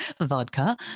Vodka